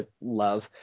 love